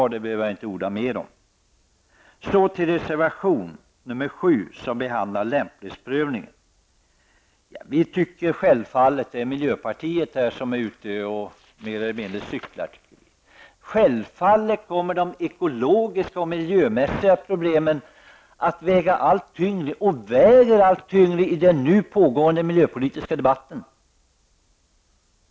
Jag behöver inte orda mer om detta. Så till reservation nr 7 som behandlar lämplighetsprövningen och där miljöpartiet är ute och mer eller mindre cyklar. Självfallet kommer de ekologiska och miljömässiga problemen att väga allt tyngre, och de väger allt tyngre i den nu pågående miljöpolitiska debatten.